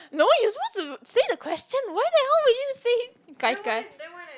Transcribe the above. no you suppose to say the question why the hell will you to say gai-gai